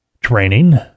training